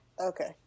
Okay